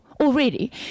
already